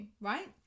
right